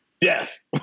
Death